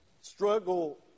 struggle